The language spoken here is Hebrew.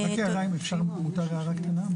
רק אם מותר הערה קטנה.